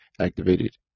activated